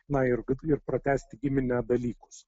na ir kad ir pratęsti giminę dalykus